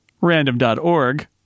Random.org